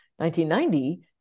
1990